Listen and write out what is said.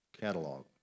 catalog